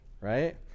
right